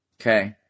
Okay